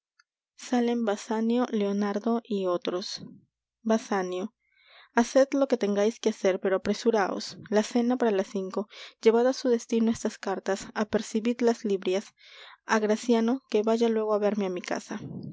salen basanio leonardo y otros basanio haced lo que tengais que hacer pero apresuraos la cena para las cinco llevad á su destino estas cartas apercibid las libreas a graciano que vaya luego á verme á mi casa